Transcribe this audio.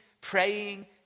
praying